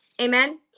amen